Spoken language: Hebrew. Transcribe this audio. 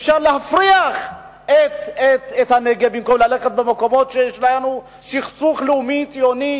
אפשר להפריח את הנגב במקום ללכת למקומות שבהם יש לנו סכסוך לאומי ציוני,